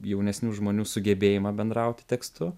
jaunesnių žmonių sugebėjimą bendrauti tekstu